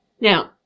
Now